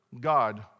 God